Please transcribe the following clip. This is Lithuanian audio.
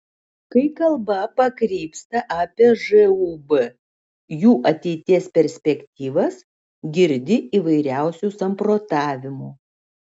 kai kalba pakrypsta apie žūb jų ateities perspektyvas girdi įvairiausių samprotavimų